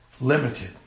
Limited